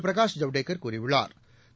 பிரகாஷ் ஜவ்டேகா் கூறியுள்ளாா்